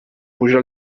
puja